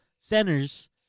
centers